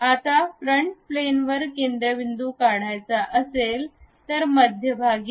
आता front plane वर केंद्रबिंदू काढायचा असेल तर मध्यभागी जा